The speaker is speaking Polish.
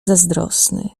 zazdrosny